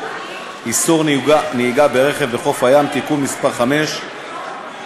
איסור נהיגה ברכב בחוף הים (תיקון מס' 5),